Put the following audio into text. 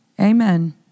Amen